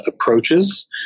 approaches